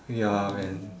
ya and